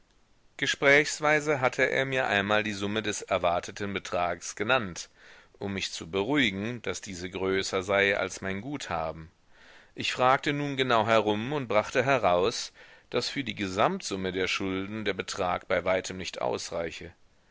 gesprächsweise hatte er mir einmal die summe des erwarteten betrags genannt um mich zu beruhigen daß diese größer sei als mein guthaben ich fragte nun genau herum und brachte heraus daß für die gesamtsumme der schulden der betrag bei weitem nicht ausreiche